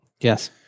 Yes